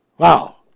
Wow